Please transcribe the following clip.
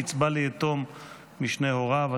קצבה ליתום משני הוריו),